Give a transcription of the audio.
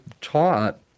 taught